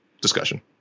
discussion